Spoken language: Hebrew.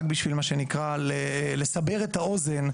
רק בשביל לסבר את האוזן,